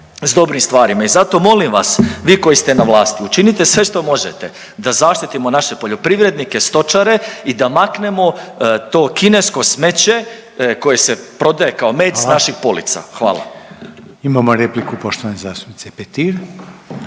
s dobrim stvarima. I zato molim vas vi koji ste na vlasti učinite sve što možete da zaštitimo naše poljoprivrednike, stočare i da maknemo to kinesko smeće koje se prodaje kao med s …/Upadica: Hvala./… naših polica.